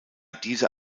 dieser